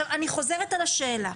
אז אני חוזרת על השאלה,